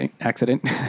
accident